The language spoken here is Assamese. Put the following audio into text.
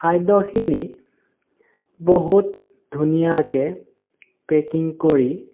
খাদ্যখিনি বহুত ধুনীয়াকৈ পেকিং কৰি